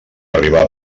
arribar